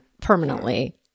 permanently